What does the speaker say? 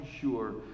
sure